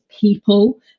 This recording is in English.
people